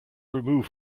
remove